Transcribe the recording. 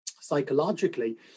psychologically